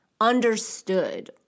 understood